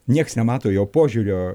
nieks nemato jo požiūrio